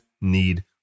need